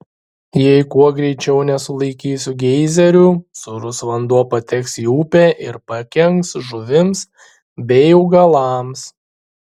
jei kuo greičiau nesulaikysiu geizerių sūrus vanduo pateks į upę ir pakenks žuvims bei augalams